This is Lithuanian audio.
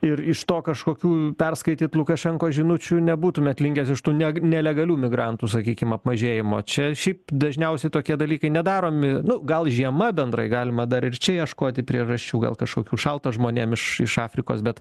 ir iš to kažkokių perskaityt lukašenkos žinučių nebūtumėt linkęs iš tų ne nelegalių migrantų sakykim apmažėjimo čia šiaip dažniausiai tokie dalykai nedaromi nu gal žiema bendrai galima dar ir čia ieškoti priežasčių gal kažkokių šalta žmonėm iš iš afrikos bet